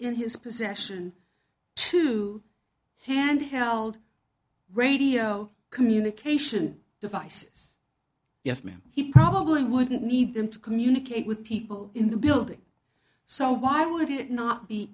in his possession two handheld radio communication devices yes ma'am he probably wouldn't need them to communicate with people in the building so why would it not be